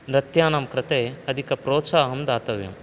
नृत्यानां कृते अधिकप्रोत्साहं दातव्यम्